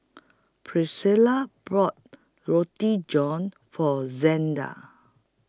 Priscila brought Roti John For Xander